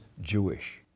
Jewish